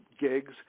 gigs